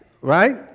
Right